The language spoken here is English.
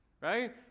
right